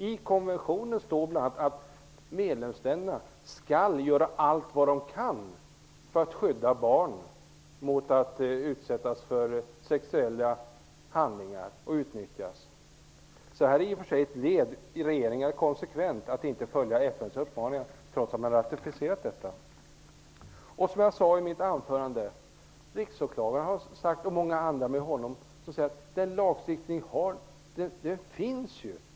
I konventionen står det bl.a. att medlemsländerna skall göra allt vad de kan för att skydda barnen mot att utsättas för sexuella handlingar och utnyttjas. Att inte följa FN:s uppmaningar trots att man har ratificerat konventionerna är i och för sig ett led i regeringens politik. Det är konsekvent. Som jag sade i mitt anförande har Riksåklagaren och många andra med honom sagt att den lagstiftning som behövs finns.